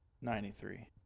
Ninety-three